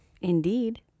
Indeed